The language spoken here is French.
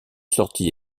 sorties